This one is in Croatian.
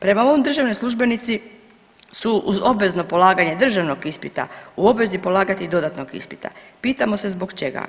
Prema ovom državni službenici su uz obvezno polaganje državnog ispita u obvezi polagati i dodatnog ispita, pitamo se zbog čega.